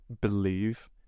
believe